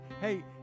Hey